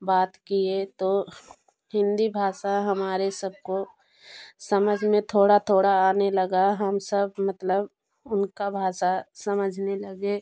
बात किए तो फिर हिंदी भाषा हमारे सब को समझ में थोड़ा थोड़ा आने लगा हम सब मतलब उनका भाषा समझने लगे